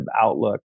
outlook